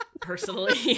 personally